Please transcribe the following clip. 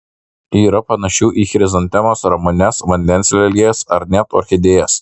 yra panašių į chrizantemas ramunes vandens lelijas ar net orchidėjas